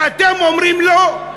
ואתם אומרים לא?